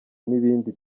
n’ibindi